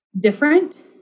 different